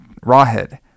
Rawhead